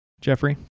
jeffrey